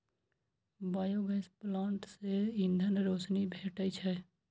biogas plant सं ईंधन, रोशनी भेटै छै